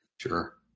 Sure